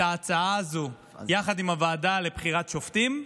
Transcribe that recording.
ההצעה הזו יחד עם הוועדה לבחירת שופטים.